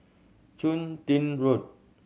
Chun Tin Road